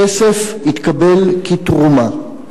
הכסף התקבל כתרומה.